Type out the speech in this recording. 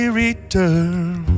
return